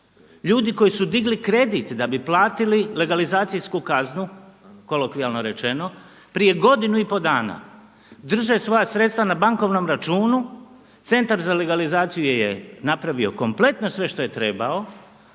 ljudi koji su digli kredit da bi platili legalizacijsku kaznu, kolokvijalno rečeno, prije godinu i pol dana drže svoja sredstva na bankovnom računu. Centar za legalizaciju je napravio kompletno sve što je trebao,